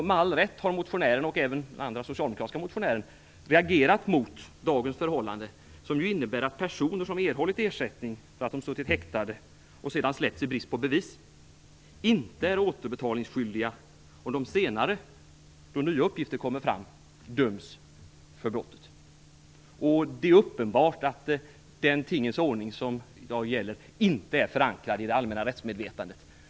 Med all rätt har motionären, och även andra socialdemokratiska motionärer, reagerat mot dagens förhållande som innebär att personer som erhållit ersättning för att de suttit häktade och sedan släppts i brist på bevis inte är återbetalningsskyldiga om de senare, då nya uppgifter kommer fram, döms för ett brott. Det är uppenbart att den tingens ordning som i dag gäller inte är förankrad i det allmänna rättsmedvetandet.